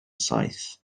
saith